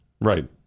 Right